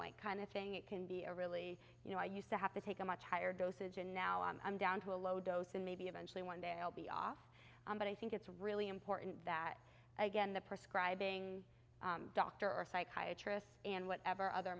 white kind of thing it can be a really you know i used to have to take a much higher dosage and now i'm down to a low dose and maybe eventually one day i'll be off but i think it's really important that again the prescribe ing doctor or psychiatry s and whatever other